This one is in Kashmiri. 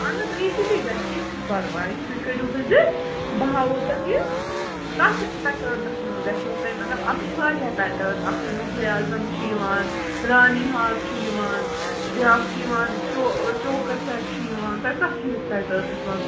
اَہن حظ اِیٖزِلی گژھِ کیٚنٛہہ چھُنہٕ پرواے تُہۍ کٔرِو وِزِٹ بہٕ ہاوو تۄہہِ کَتھ پیٹٲرنَس منٛز گژھیو تۄہہِ مطلب اَتھ چھِ واریاہ پیٹٲرٕن اَکھ چھُ مُغلے اعظم چھُ یِوان رانی ہار چھُ یِوان بیٛاکھ چھُ یِوان چو چوکَر سٮ۪ٹ چھُ یِوان تۄہہِ کَتھ ہِوِس پیٹٲرنَس منٛز